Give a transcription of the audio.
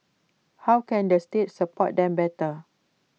how can the state support them better